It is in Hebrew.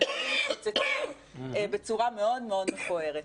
הדברים מתפוצצים בצורה מאוד מאוד מכוערת.